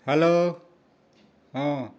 hello ᱦᱮᱸ